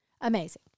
Amazing